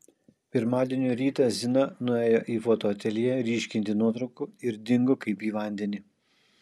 pirmadienio rytą zina nuėjo į foto ateljė ryškinti nuotraukų ir dingo kaip į vandenį